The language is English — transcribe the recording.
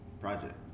project